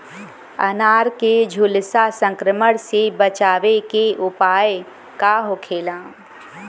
अनार के झुलसा संक्रमण से बचावे के उपाय का होखेला?